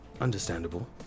Understandable